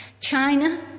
China